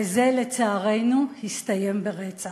וזה, לצערנו, הסתיים ברצח.